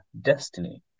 destiny